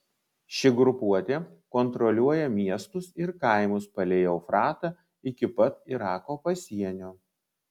ši grupuotė kontroliuoja miestus ir kaimus palei eufratą iki pat irako pasienio